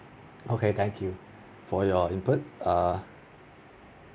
okay thank you for your input err